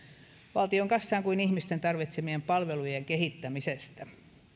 valtion kassaan kuin ihmisten tarvitsemien palvelujen kehittämisestä